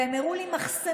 והם הראו לי מחסנים